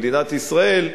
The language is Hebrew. במדינת ישראל,